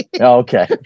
Okay